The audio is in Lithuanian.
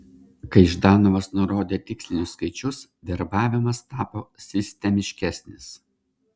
kai ždanovas nurodė tikslinius skaičius verbavimas tapo sistemiškesnis